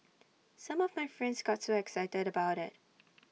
some of my friends got so excited about IT